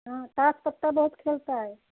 हाँ तास पत्ता बहुत खेलता है